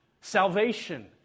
salvation